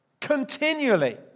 continually